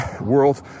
world